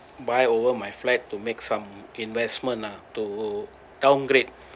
buy over my flat to make some investment lah to downgrade